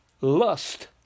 lust